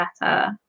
better